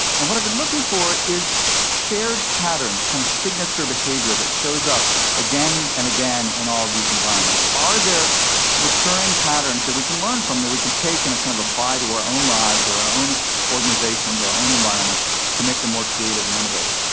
and what i've been looking for is shared patterns, kind of signature behavior that shows up again and again in all of these environments. are there recurring patterns that we can learn from, that we can take and kind of apply to our own lives or our own organizations or our own environments to make them more creative and innovative?